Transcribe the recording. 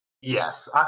Yes